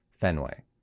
Fenway